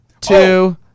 two